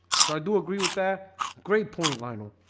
so i do agree with that a great point liner.